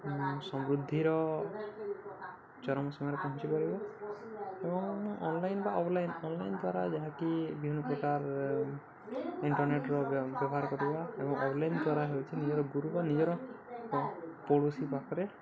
ସମୃଦ୍ଧିର ଚରମ ସୀମାରେ ପହଞ୍ଚି ପାରିବ ଏବଂ ଅନ୍ଲାଇନ୍ ବା ଅଫ୍ଲାଇନ୍ ଅନ୍ଲାଇନ୍ ଦ୍ଵାରା ଯାହାକି ବିଭିନ୍ନପ୍ରକାର ଇଣ୍ଟର୍ନେଟ୍ର ବ୍ୟବହାର କରିବା ଏବଂ ଅଫ୍ଲାଇନ୍ ଦ୍ଵାରା ହେଉଛି ନିଜର ଗୁରୁ ବା ନିଜର ପଡ଼ୋଶୀ ପାଖରେ